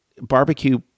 barbecue